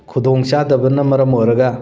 ꯈꯨꯗꯣꯡ ꯆꯥꯗꯕꯅ ꯃꯔꯝ ꯑꯣꯏꯔꯒ